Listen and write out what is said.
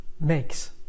makes